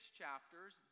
chapters